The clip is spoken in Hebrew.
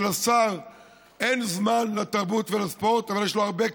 שלשר אין זמן לתרבות ולספורט אבל יש לו הרבה כסף.